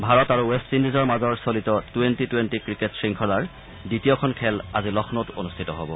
ভাৰত আৰু ৱেষ্ট ইণ্ডিজৰ মাজৰ চলিত টুৱেণ্টি টুৱেণ্টি ক্ৰিকেট শংখলাৰ দ্বিতীয়খন খেল আজি লক্ষ্ণৌত অনুষ্ঠিত হ'ব